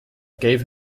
gave